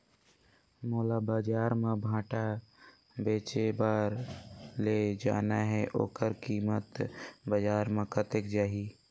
मोला बजार मां भांटा बेचे बार ले जाना हे ओकर कीमत बजार मां कतेक जाही?